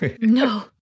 No